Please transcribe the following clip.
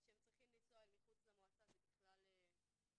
אז כשהם צריכים לנסוע מחוץ למועצה זה בכלל בעייתי.